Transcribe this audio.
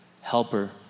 helper